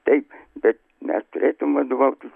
taip bet mes turėtumėm vadovautis